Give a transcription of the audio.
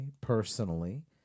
personally